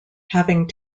having